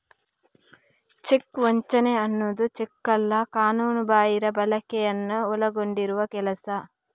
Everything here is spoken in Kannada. ಚೆಕ್ ವಂಚನೆ ಅನ್ನುದು ಚೆಕ್ಗಳ ಕಾನೂನುಬಾಹಿರ ಬಳಕೆಯನ್ನ ಒಳಗೊಂಡಿರುವ ಕೆಲಸ